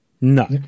No